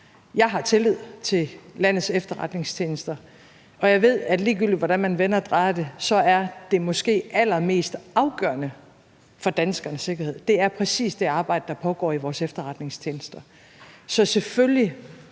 Jeg har tillid til landets efterretningstjenester, og jeg ved, at ligegyldigt hvordan man vender og drejer det, så er måske det allermest afgørende for danskernes sikkerhed præcis det arbejde, der pågår i vores efterretningstjenester. Så når